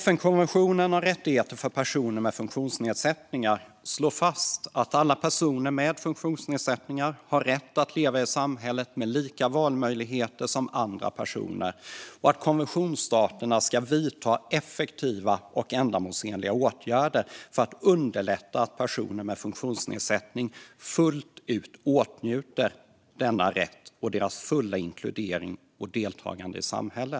FN-konventionen om rättigheter för personer med funktionsnedsättningar slår fast att alla personer med funktionsnedsättningar har rätt att leva i samhället med lika valmöjligheter som andra personer och att konventionsstaterna ska vidta effektiva och ändamålsenliga åtgärder för att underlätta att personer med funktionsnedsättningar fullt ut åtnjuter denna rätt och för deras fulla inkludering och deltagande i samhället.